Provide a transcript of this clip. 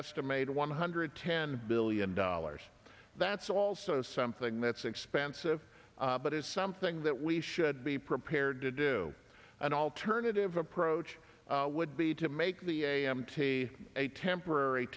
estimated one hundred ten billion dollars that's also something that's expensive but is something that we should be prepared to do an alternative approach would the to make the a m t a temporary